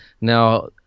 Now